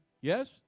yes